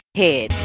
head